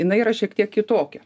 jinai yra šiek tiek kitokia